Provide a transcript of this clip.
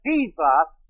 Jesus